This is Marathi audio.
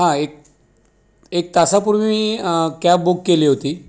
हा एक एक तासापूर्वी मी कॅब बुक केली होती